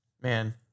man